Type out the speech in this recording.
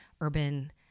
urban